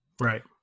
Right